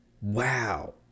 Wow